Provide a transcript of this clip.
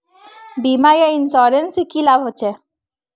बीमा या इंश्योरेंस से की लाभ होचे?